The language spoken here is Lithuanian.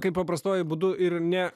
kaip paprastuoju būdu ir ne